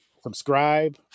Subscribe